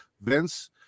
Vince